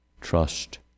trust